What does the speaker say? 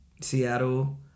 Seattle